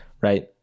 right